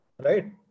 Right